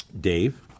Dave